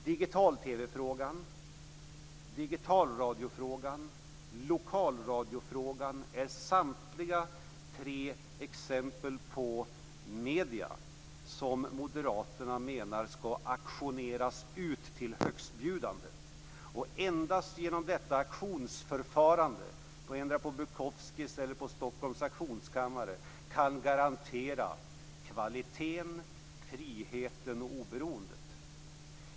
Digital-TV, digitalradio och lokalradio är samtliga exempel på medier som Moderaterna menar skall auktioneras ut till högstbjudande. Och endast genom detta auktionsförfarande, antingen på Bukowskis eller på Stockholms Auktionskammare, kan man garantera kvaliteten, friheten och oberoendet.